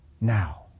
now